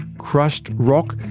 crushed rock,